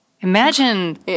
Imagine